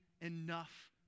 enough